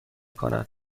کند